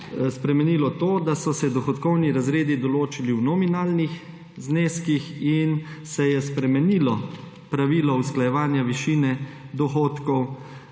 spremenilo to, da so se dohodkovni razredi določili v nominalnih zneskih in se je spremenilo pravilo usklajevanja višine dohodkov